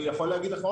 אני יכול להגיד לך,